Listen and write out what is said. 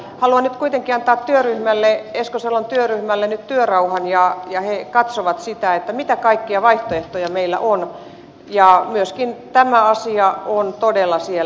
haluan nyt kuitenkin antaa työryhmälle esko salon työryhmälle työrauhan ja he katsovat sitä mitä kaikkia vaihtoehtoja meillä on ja myöskin tämä asia on todella siellä